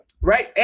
Right